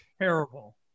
terrible